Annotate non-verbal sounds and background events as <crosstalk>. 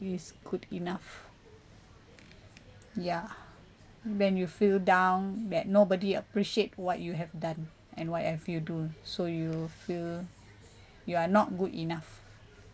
is good enough ya <breath> when you feel down that nobody appreciate what you have done and what have you do so you feel you are not good enough